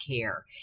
care